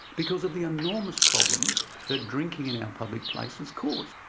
because of the and enormous problems that drinking in our public places cause.